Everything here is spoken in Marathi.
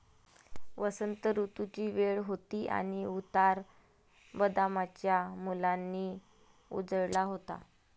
वसंत ऋतूची वेळ होती आणि उतार बदामाच्या फुलांनी उजळला होता